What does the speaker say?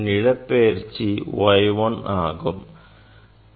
மற்றும் இடப்பெயர்ச்சி y1 ஆகும்